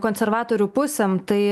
konservatorių pusėm tai